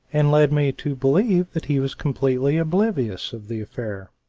and led me to believe that he was completely oblivious of the affair.